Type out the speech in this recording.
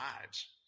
lives